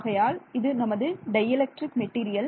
ஆகையால் இது நமது டை எலக்ட்ரிக் மெட்டீரியல்